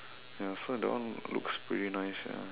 ya so that one looks pretty nice ya